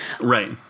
right